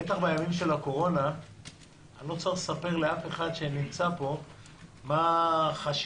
בטח בימים של הקורונה אני לא צריך לספר לאף אחד שנמצא פה מה חשיבות